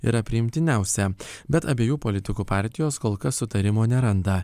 yra priimtiniausia bet abiejų politikų partijos kol kas sutarimo neranda